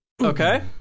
Okay